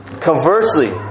Conversely